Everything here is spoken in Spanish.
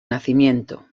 nacimiento